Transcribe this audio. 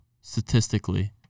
statistically